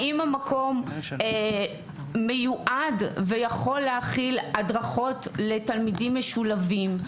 האם המקום מיועד ויכול להכיל הדרכות לתלמידים משולבים,